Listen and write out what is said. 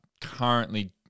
currently